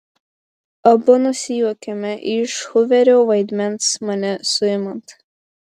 abu nusijuokiame iš huverio vaidmens mane suimant